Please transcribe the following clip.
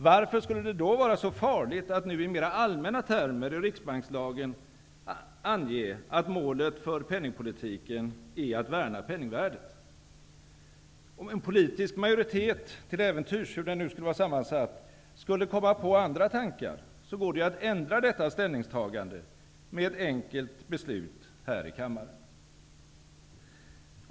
Varför skulle det då vara så farligt att nu i mera allmänna termer i riksbankslagen ange att målet för penningpolitiken är att värna penningvärdet? Om en politisk majoritet -- hur den nu skulle vara sammansatt -- till äventyrs skulle komma på andra tankar, går det ju att ändra detta ställningstagande med ett enkelt beslut här i kammaren.